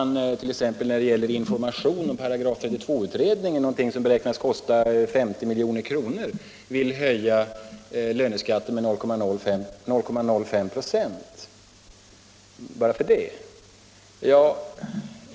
När det gäller information om § 32-utredningen, något som beräknas kosta 50 milj.kr., vill man ju höja löneskatten med 0,05 96 bara för det ändamålet.